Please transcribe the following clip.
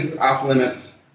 off-limits